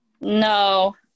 no